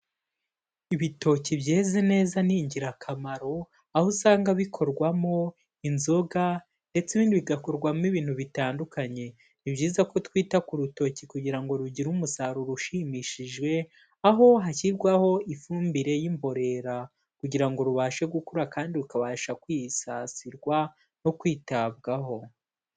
Ibitoki byeze neza ni ingirakamaro, aho usanga bikorwamo inzoga ndetse bigakorwamo ibintu bitandukanye, ni byiza ko twita ku rutoki kugira ngo rugire umusaruro ushimishije, aho hashyirwaho ifumbire y'imborera kugira ngo rubashe gukura kandi rukabasha kwisasirwa no kwitabwaho.